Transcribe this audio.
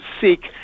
seek